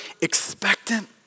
expectant